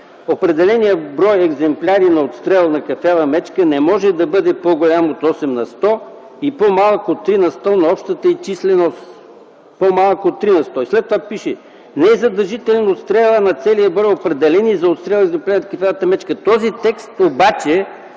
„Определеният брой екземпляри на отстрел на кафява мечка не може да бъде по-голям от 8 на сто и по-малък от 3 на сто на общата численост.” И след това пише „Не е задължителен отстрелът на целия брой определени за отстрел екземпляри от кафявата мечка…”. Този текст обаче